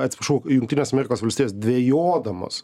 atsiprašau jungtinės amerikos valstijos dvejodamos